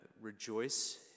rejoice